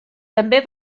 també